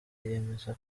yemeza